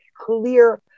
clear